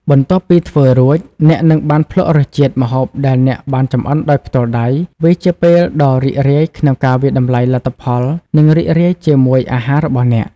បន្ទាប់ពីធ្វើរួច អ្នកនឹងបាន ភ្លក្សរសជាតិ ម្ហូបដែលអ្នកបានចម្អិនដោយផ្ទាល់ដៃ វាជាពេលដ៏រីករាយក្នុងការវាយតម្លៃលទ្ធផល និងរីករាយជាមួយអាហាររបស់អ្នក ។